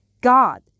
God